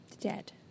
Dead